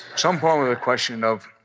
so i'm going with a question of,